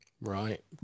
right